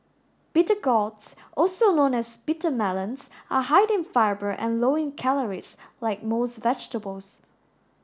bitter gourds also known as bitter melons are high in fibre and low in calories like most vegetables